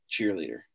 cheerleader